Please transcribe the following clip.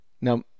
Now